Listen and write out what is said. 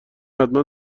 حتما